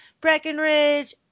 Breckenridge